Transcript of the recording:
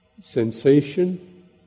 sensation